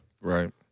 Right